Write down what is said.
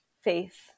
faith